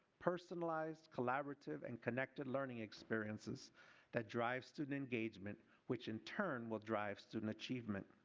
personalized collaborative and can'ted learning experiences that drive student engagement which in turn will drive student achievement.